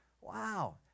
wow